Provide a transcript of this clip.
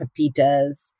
pepitas